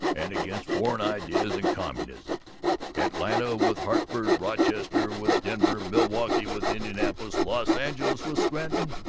and against foreign ideas and communism atlanta with hartford, rochester with denver, milwaukee with indianapolis, los angeles with scranton,